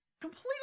completely